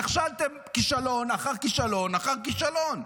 נכשלתם כישלון אחר כישלון אחר כישלון.